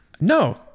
No